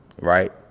Right